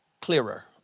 clearer